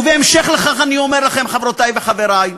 ובהמשך לכך אני אומר לכם, חברותי וחברי,